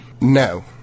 No